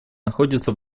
находится